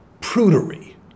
prudery